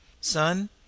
Son